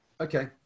Okay